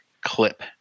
clip